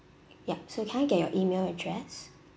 yup so can I get your email address